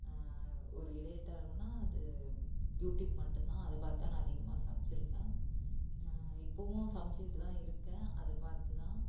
ஒரு இணையதளம்னா அது யூடியூப் மட்டும்தான் அதை பார்த்துதான் நான் அதிகமாக சமைச்சிருக்கேன் இப்போவும் சமைச்சிக்கிட்டு தான் இருக்கேன் அதை பார்த்து தான்